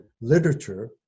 literature